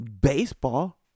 baseball